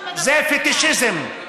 זה פטישיזם,